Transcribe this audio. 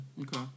Okay